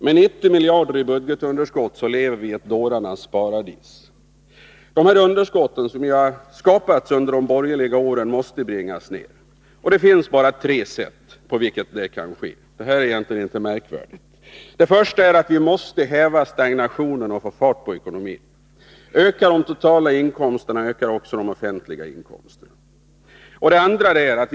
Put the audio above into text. Med 90 miljarder i budgetunderskott lever vi i ett dårarnas paradis. De underskott som har skapats under de borgerliga åren måste bringas ner. Det finns bara tre sätt på vilket detta kan ske; det här är egentligen inte märkvärdigt. 1. Vi måste häva stagnationen och få fart på ekonomin. Ökar de totala inkomsterna, ökar också de offentliga inkomsterna. 2.